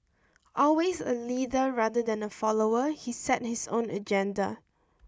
always a leader rather than a follower he set his own agenda